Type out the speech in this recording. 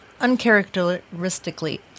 uncharacteristically